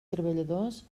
treballadors